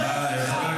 מחבל,